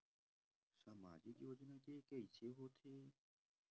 सामाजिक योजना के कइसे होथे?